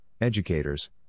educators